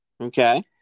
Okay